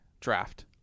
draft